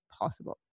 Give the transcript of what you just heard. possible